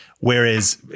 Whereas